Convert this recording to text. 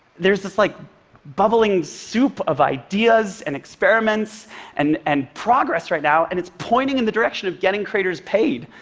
there's this like bubbling soup of ideas and experiments and and progress right now, and it's pointing in the direction of getting creators paid.